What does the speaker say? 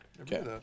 Okay